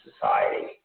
society